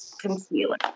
concealer